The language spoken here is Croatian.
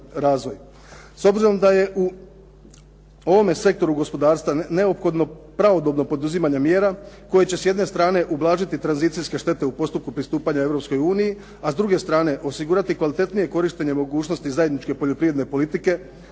S obzirom da je u ovome sektoru gospodarstva neophodno pravodobno poduzimanje mjere koje će s jedne strane ublažiti tranzicijske štete u postupku pristupanja Europskoj uniji, a s druge strane osigurati kvalitetnije korištenje mogućnosti zajedničke poljoprivredne politike